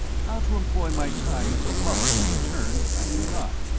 how to employ my time until harley should return i knew not.